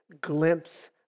glimpse